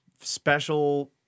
special